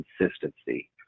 consistency